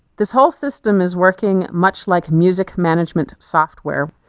this whole system is working much like music management software,